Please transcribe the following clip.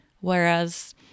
Whereas